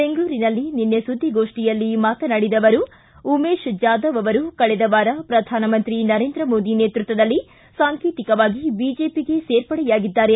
ಬೆಂಗಳೂರಿನಲ್ಲಿ ನಿನ್ನೆ ಸುದ್ದಿಗೋಷ್ಠಿಯಲ್ಲಿ ಮಾತನಾಡಿದ ಅವರು ಉಮೇಶ್ ಜಾದವ್ ಅವರು ಕಳೆದ ವಾರ ಪ್ರಧಾನಮಂತ್ರಿ ನರೇಂದ್ರ ಮೋದಿ ನೇತೃತ್ವದಲ್ಲಿ ಸಾಂಕೇತವಾಗಿ ಬಿಜೆಪಿಗೆ ಸೇರ್ಪಡೆಯಾಗಿದ್ದಾರೆ